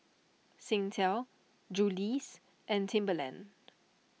Singtel Julie's and Timberland